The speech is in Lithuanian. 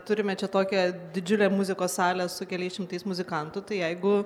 turime čia tokią didžiulę muzikos salę su keliais šimtais muzikantų tai jeigu